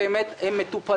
לראות שהם באמת מטופלים.